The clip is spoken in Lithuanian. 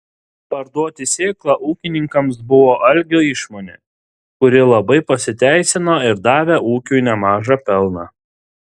parduoti sėklą ūkininkams buvo algio išmonė kuri labai pasiteisino ir davė ūkiui nemažą pelną